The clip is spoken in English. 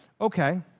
Okay